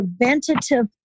preventative